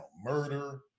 Murder